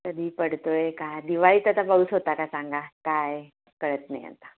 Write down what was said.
कधी पडतो आहे का दिवाळीत आता पाऊस होता का सांगा काही कळत नाही आता